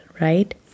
right